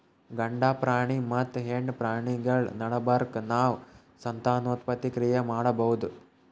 ಗಂಡ ಪ್ರಾಣಿ ಮತ್ತ್ ಹೆಣ್ಣ್ ಪ್ರಾಣಿಗಳ್ ನಡಬರ್ಕ್ ನಾವ್ ಸಂತಾನೋತ್ಪತ್ತಿ ಕ್ರಿಯೆ ಮಾಡಬಹುದ್